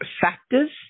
factors